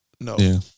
No